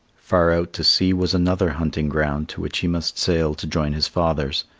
far out to sea was another hunting ground to which he must sail to join his fathers.